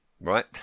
Right